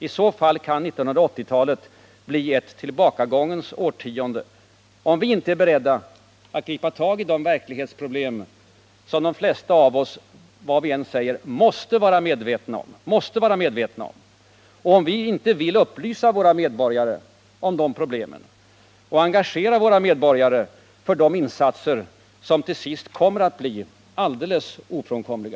1980-talet kan bli ett tillbakagångens årtionde, om vi inte är beredda att gripa tag i de verklighetsproblem som de flesta av oss, vad vi än säger, måste vara medvetna om och om vi inte vill upplysa våra medborgare om detta problem och engagera dem för de insatser som till sist kommeratt bli alldeles ofrånkomliga.